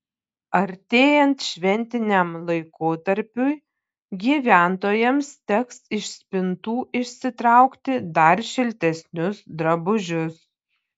artėjant šventiniam laikotarpiui gyventojams teks iš spintų išsitraukti dar šiltesnius drabužius